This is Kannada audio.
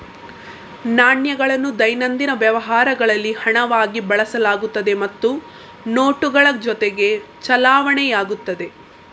ನಾಣ್ಯಗಳನ್ನು ದೈನಂದಿನ ವ್ಯವಹಾರಗಳಲ್ಲಿ ಹಣವಾಗಿ ಬಳಸಲಾಗುತ್ತದೆ ಮತ್ತು ನೋಟುಗಳ ಜೊತೆಗೆ ಚಲಾವಣೆಯಾಗುತ್ತದೆ